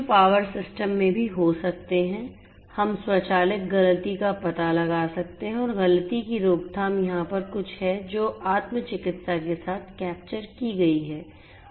power system में भी हो सकते हैं हम स्वचालित गलती का पता लगा सकते हैं और गलती की रोकथाम यहां पर कुछ है जो आत्म चिकित्सा के साथ कैप्चर की गई है